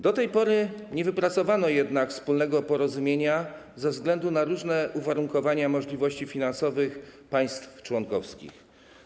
Do tej pory nie wypracowano jednak wspólnego porozumienia ze względu na różne uwarunkowania możliwości finansowych państw członkowskich.